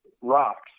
rocks